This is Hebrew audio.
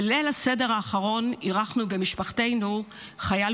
בליל הסדר האחרון אירחנו במשפחתנו חייל